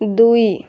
ଦୁଇ